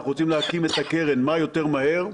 אנחנו רוצים להקים את הקרן כמה שיותר מהר.